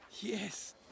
yes